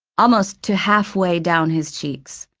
almost to halfway down his cheeks.